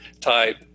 type